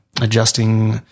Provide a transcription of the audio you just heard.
adjusting